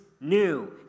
new